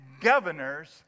governors